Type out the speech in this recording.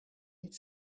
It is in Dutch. niet